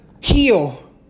heal